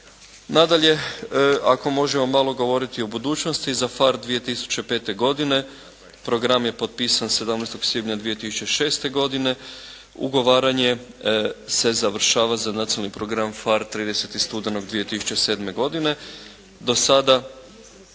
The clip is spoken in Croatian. Nadalje, ako možemo malo govoriti o budućnosti, za PHARE 2005. godine program je potpisan 17. svibnja 2006. godine. Ugovaranje se završava za nacionalni program PHARE 30. studenoga 2007. godine. Do sada